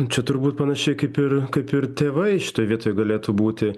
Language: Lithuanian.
čia turbūt panašiai kaip ir kaip ir tėvai šitoj vietoj galėtų būti